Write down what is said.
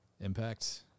Impact